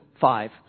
five